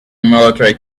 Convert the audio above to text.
military